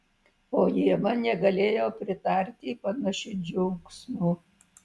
o ieva negalėjo pritarti panašiu džiaugsmu